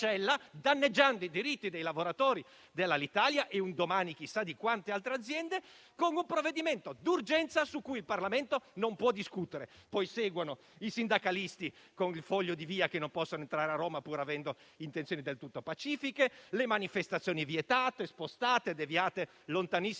danneggiando i diritti dei lavoratori di Alitalia, e un domani chissà di quante altre aziende, con un provvedimento d'urgenza su cui il Parlamento non può discutere. Seguono i sindacalisti con il foglio di via, che non possono entrare a Roma, pur avendo intenzioni del tutto pacifiche; seguono le manifestazioni vietate, spostate e deviate lontanissimo